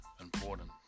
important